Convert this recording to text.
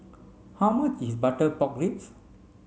how much is butter pork ribs